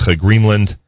Greenland